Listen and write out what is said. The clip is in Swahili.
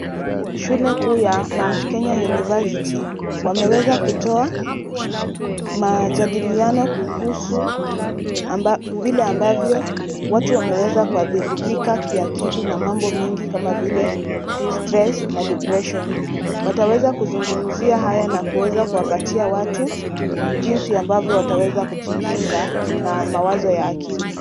Shule kuu ya Mount Kenya University wameweza kutoa majadiliano kuhusu vile ambavyo watu wameweza kuathirika kiakili na mambo mengi kama vile stress na depression . Wataweza kuzungumzia haya na kuweza kuwapatia watu jinsi ambavyo wataweza kujikinga na mawazo ya akili.